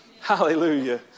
Hallelujah